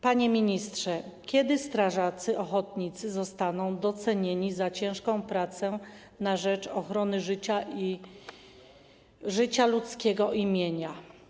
Panie ministrze, kiedy strażacy ochotnicy zostaną docenieni za ciężką pracę na rzecz ochrony życia ludzkiego i mienia?